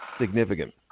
significant